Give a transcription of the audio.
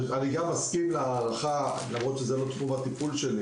אני גם מסכים להערכה למרות שזה לא תחום הטיפול שלי